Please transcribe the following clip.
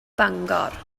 bangor